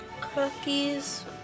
Cookies